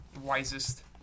Wisest